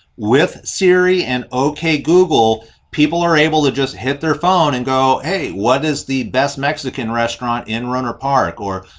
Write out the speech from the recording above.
with siri and ok google people are able to just hit their phone and go, hey what is the best mexican restaurant in runner park or,